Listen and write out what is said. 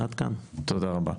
תודה רבה.